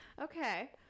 Okay